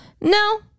no